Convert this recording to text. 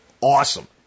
awesome